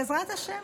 בעזרת השם.